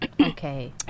Okay